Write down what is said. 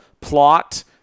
plot